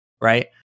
right